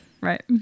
right